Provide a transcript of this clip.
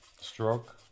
stroke